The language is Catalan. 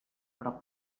però